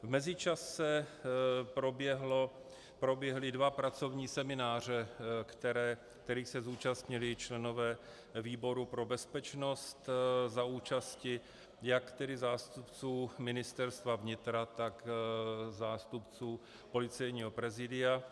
V mezičase proběhly dva pracovní semináře, kterých se zúčastnili členové výboru pro bezpečnost za účasti jak tedy zástupců Ministerstva vnitra, tak zástupců Policejního prezídia.